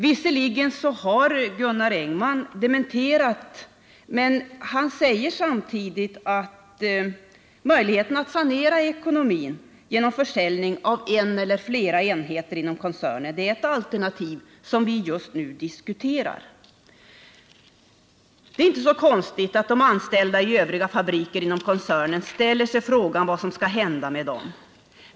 Visserligen har Gunnar Engman dementerat dessa uppgifter, men han sade samtidigt att möjligheterna att sanera ekonomin genom försäljning av en eller flera enheter inom koncernen är ett alternativ som just nu diskuteras. Det är inte så konstigt att de anställda i övriga fabriker inom koncernen ställer sig frågan vad som skall hända med dem.